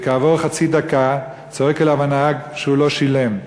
וכעבור חצי דקה צועק עליו הנהג שהוא לא שילם.